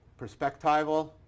perspectival